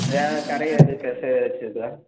வேறு கடை எதுவும் கஃபே ஏதாச்சும் இருக்குதா